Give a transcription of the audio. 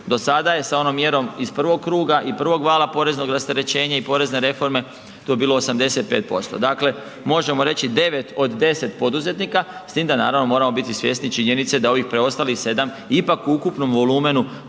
Do sada je sa onom mjerom iz prvog kruga i prvog vala poreznog rasterećenja i porezne reforme to bilo 85%. Dakle, možemo reći 9 od 10 poduzetnika s tim da naravno moramo biti svjesni činjenice da ovih preostalih 7 ipak u ukupnom volumenu